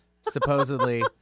supposedly